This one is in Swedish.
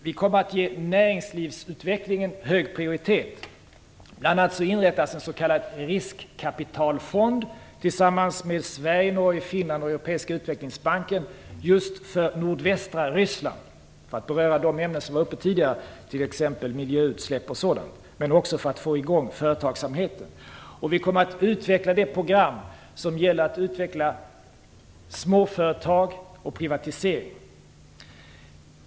Vi kommer att ge näringslivsutvecklingen hög prioritet. Bl.a. inrättas en s.k. riskkapitalfond av Sverige, Norge, Finland och Europeiska utvecklingsbanken just för nordvästra Ryssland. Detta berör de ämnen som var uppe tidigare, t.ex. miljöutsläpp och sådant, men det sker också för att få i gång företagsamheten. Vi kommer att utveckla det program som stöder småföretag och privatisering.